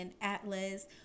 Atlas